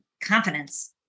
confidence